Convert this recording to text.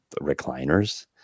recliners